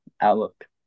outlook